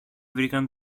βρήκαν